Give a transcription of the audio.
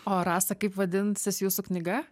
o rasa kaip vadinsis jūsų knyga